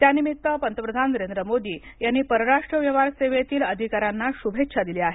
त्यानिमित्त पंतप्रधान नरेंद्र मोदी यांनी परराष्ट्र व्यवहार सेवेतील अधिकाऱ्यांना शुभेच्छा दिल्या आहेत